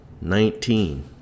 Nineteen